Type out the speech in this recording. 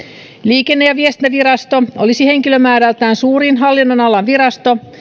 liikenne ja viestintävirasto olisi henkilömäärältään suurin hallinnonalan virasto